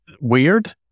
weird